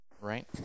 right